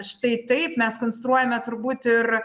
štai taip mes konstruojame turbūt ir